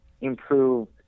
improve